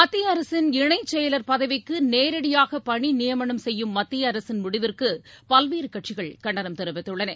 மத்திய அரசின் இணைச் செயலர் பதவிக்கு நேரடியாக பணி நியமனம் செய்யும் மத்திய அரசின் முடிவிற்கு பல்வேறு கட்சிகள் கண்டனம் தெரிவித்துள்ளன